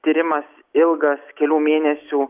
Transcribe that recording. tyrimas ilgas kelių mėnesių